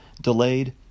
delayed